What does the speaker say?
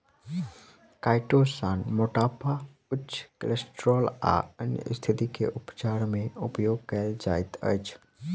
chitosan मोटापा उच्च cholesterol आ अन्य स्तिथि के उपचार मे उपयोग कायल जाइत अछि